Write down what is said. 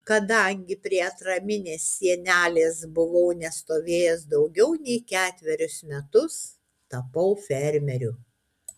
kadangi prie atraminės sienelės buvau nestovėjęs daugiau nei ketverius metus tapau fermeriu